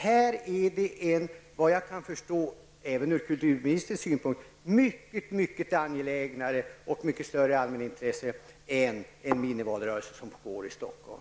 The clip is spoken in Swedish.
Här finns det ett, vad jag förstår även ur kulturministerns synvinkel, mycket mer angeläget allmänintresse än den minivalrörelse som pågår i Stockholm.